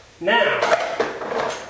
Now